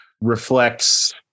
reflects